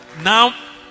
Now